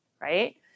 right